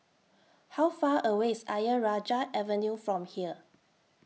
How Far away IS Ayer Rajah Avenue from here